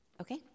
Okay